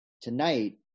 Tonight